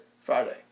Friday